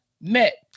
met